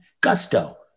gusto